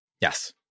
Yes